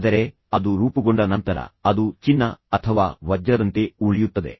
ಆದರೆ ಅದು ರೂಪುಗೊಂಡ ನಂತರ ಅದು ಚಿನ್ನ ಅಥವಾ ವಜ್ರದಂತೆ ಉಳಿಯುತ್ತದೆ